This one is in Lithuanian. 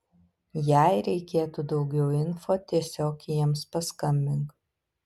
jei reikėtų daugiau info tiesiog jiems paskambink